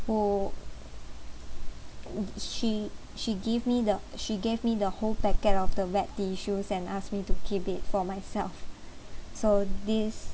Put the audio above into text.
who u~ she she give me the she gave me the whole packet of the wet tissues and asked me to keep it for myself so this